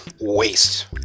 waste